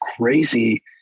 crazy